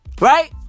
Right